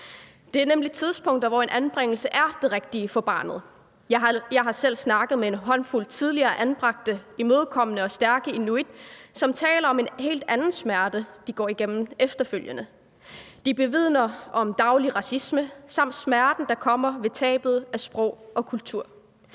Der er nemlig tidspunkter, hvor en anbringelse er det rigtige for barnet. Jeg har selv snakket med en håndfuld tidligere anbragte, imødekommende og stærke inuit, som taler om en helt anden smerte, de går igennem efterfølgende. De beretter om daglig racisme samt smerten, der kommer ved tabet af sprog og kultur.